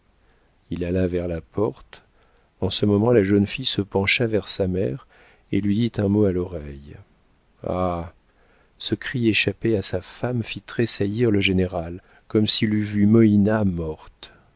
il alla vers la porte en ce moment la jeune fille se pencha vers sa mère et lui dit un mot à l'oreille ah ce cri échappé à sa femme fit tressaillir le général comme s'il eût vu